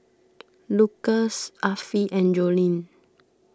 Lucas Affie and Joline